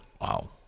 Wow